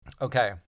Okay